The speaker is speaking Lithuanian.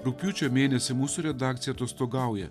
rugpjūčio mėnesį mūsų redakcija atostogauja